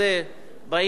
שבאים ללמוד אותו מחו"ל,